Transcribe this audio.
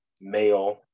male